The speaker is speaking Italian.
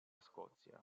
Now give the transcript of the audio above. scozia